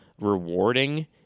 rewarding